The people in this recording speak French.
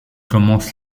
commence